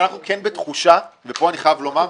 שאנחנו כן בתחושה ופה אני חייב לומר,